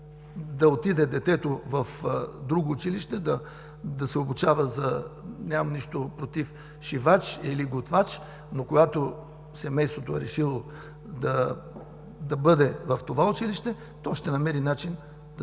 да отиде детето в друго училище, да се обучава – нямам нищо против – за шивач или готвач, но когато семейството е решило детето им да бъде в това училище, то ще намери начин да